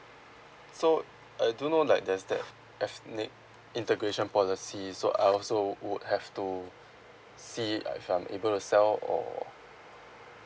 so uh do you know like there's that ethnic integration policy so I'll also would have to see uh if I'm able to sell or